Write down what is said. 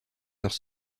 leurs